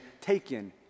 Taken